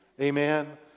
amen